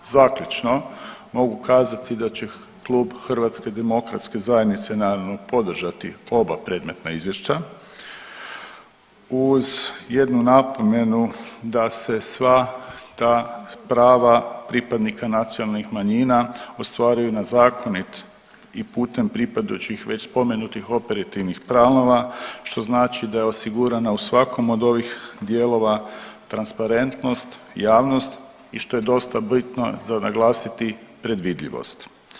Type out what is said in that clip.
Zaključno, mogu kazati da će Klub HDZ-a naravno podržati oba predmetna izvješća uz jednu napomenu da se sva ta prava pripadnika nacionalnih manjina ostvaruju na zakonit i putem pripadajućih već spomenutih operativnih planova što znači da je osigurana u svakom od ovih dijelova transparentnost, javnost i što je dosta bitno za naglasiti predvidljivost.